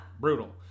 brutal